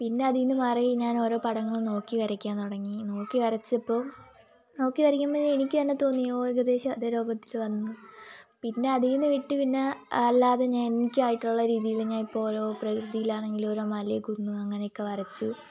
പിന്നെ അതിനു മാറി ഞാൻ ഓരോ പടങ്ങളും നോക്കി വരയ്ക്കാൻ തുടങ്ങി നോക്കി വരച്ചപ്പോൾ നോക്കി വരയ്ക്കുമ്പോൾ എനിക്ക് തന്നെ തോന്നി ഓ ഏകദേശം അതെ രൂപത്തിൽ വന്നു പിന്നെ അതിന്നു വിട്ടു പിന്നെ അല്ലാതെ ഞാൻ എനിക്ക് ആയിട്ടുള്ള രീതിയിൽ ഇപ്പോൾ ഓരോ പ്രകൃതിയിലാണെങ്കിലും ഓരോ മലയ് കുന്ന് അങ്ങനെയൊക്കെ വരച്ചു